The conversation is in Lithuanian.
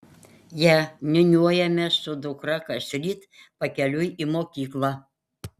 ją niūniuojame su dukra kasryt pakeliui į mokyklą